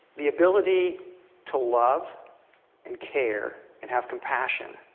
the ability to love and care and have compassion.